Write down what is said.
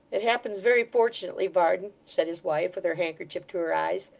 it happens very fortunately, varden said his wife, with her handkerchief to her eyes,